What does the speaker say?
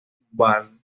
val